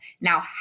now